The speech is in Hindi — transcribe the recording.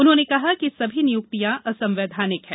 उन्होंने कहा है कि सभी नियुक्तियां असंवैधानिक है